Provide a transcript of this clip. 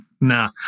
Nah